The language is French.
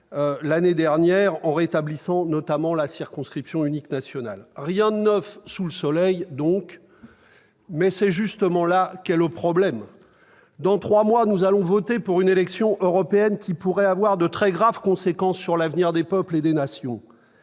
l'année dernière, en rétablissant notamment la circonscription unique nationale. Rien de neuf sous le soleil, donc, mais c'est bien tout le problème ! Dans trois mois, nous allons voter pour une élection européenne qui pourrait avoir de très graves conséquences sur l'avenir des peuples et des nations.